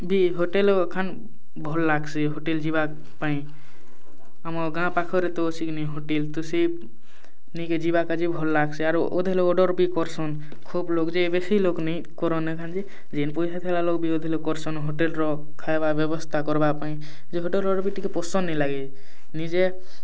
ବି hotel ଖାନା ଭଲ୍ ଲାଗ୍ସି ହୋଟେଲ୍ ଯିବା ପାଇଁ ଆମ ଗାଁ ପାଖରେ ତ ଆସିକିନି ହୋଟେଲ୍ ତ ସେ ନେଇ କି ଯିବା କାର୍ଯ୍ୟେ ଭଲ୍ ଲାଗ୍ସେ ଆରୁ ଅଧେ ଲୋକ୍ ଅର୍ଡ଼ର୍ ବି କରୁସନ୍ ଖୁବ୍ ଲୋକ୍ ଯେ ବେଶୀ ଲୋକ୍ ନେଇ କରଉ ନ ଥାନ୍ତି ଯେନ୍ ପଇସା ଥିବା ଲୋକ୍ ବି ଅଧେ ଲୋକ୍ କରୁସନ୍ ହୋଟେଲ୍ର ଖାଇବା ବ୍ୟବସ୍ଥା କର୍ବା ପାଇଁ ଯେ ହୋଟେଲ୍ ଅର୍ଡ଼ର୍ ଯେ ପସନ୍ଦ ନା ଲାଗେ ନିଜେ